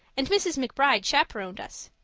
and mrs. mcbride chaperoned us.